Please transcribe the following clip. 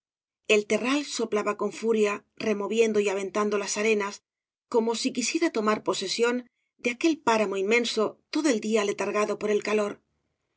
el terral soplaba con furia removiendo y aventando las arenas como si quisiese tomar posesión de aquel páramo inmenso todo el día letargado por el calor espoleamos los